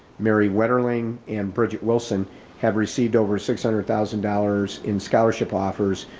mary wetterling and bridget wilson have received over six hundred thousand dollars in scholarship offers.